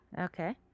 Okay